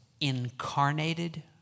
incarnated